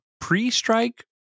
pre-strike